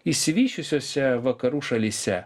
išsivysčiusiose vakarų šalyse